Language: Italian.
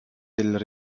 del